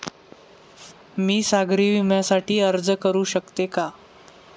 मी सागरी विम्यासाठी अर्ज करू शकते का?